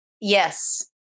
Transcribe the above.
Yes